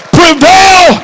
prevail